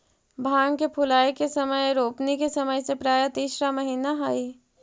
भांग के फूलाए के समय रोपनी के समय से प्रायः तीसरा महीना हई